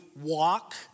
walk